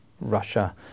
Russia